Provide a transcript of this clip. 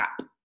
app